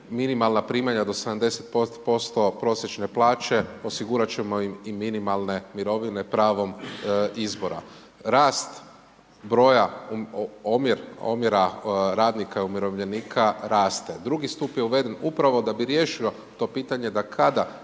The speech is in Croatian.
minimalna primanja do 70% prosječne plaće osigurati ćemo im i minimalne mirovine, pravom izbora. Rast broja, omjera radnika i umirovljenika raste. Drugi stup je uveden upravo da bi riješio to pitanje, da kada